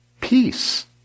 Peace